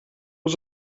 was